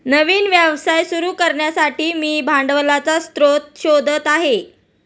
नवीन व्यवसाय सुरू करण्यासाठी मी भांडवलाचा स्रोत शोधत आहे